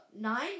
nine